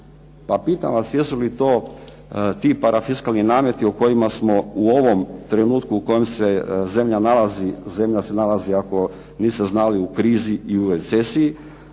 Pa pitam vas jesu li to ti parafiskalni nameti o kojima smo u ovom trenutku u kojem se zemlja nalazi, zemlja se nalazi ako niste znali u krizi i u recesiji